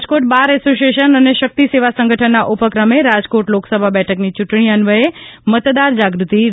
Rajkot bar association અને શક્તિ સેવા સંગઠનના ઉપક્રમે રાજકોટ લોકસભા બેઠકની ચૂંટણી અન્વયે મતદાર જાગૃતિ રેલી યોજાઇ